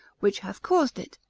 which hath caused it.